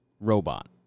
robot